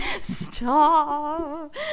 stop